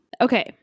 Okay